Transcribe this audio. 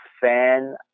fan